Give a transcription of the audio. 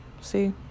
see